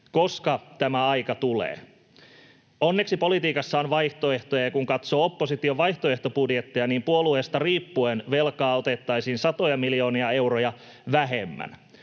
Koska tämä aika tulee? Onneksi politiikassa on vaihtoehtoja, ja kun katsoo opposition vaihtoehtobudjetteja, niin puolueesta riippuen velkaa otettaisiin satoja miljoonia euroja vähemmän.